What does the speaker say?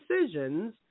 decisions